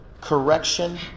correction